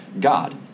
God